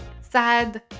sad